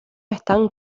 están